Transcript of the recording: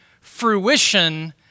fruition